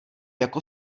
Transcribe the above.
jako